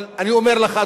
אבל אני אומר לך,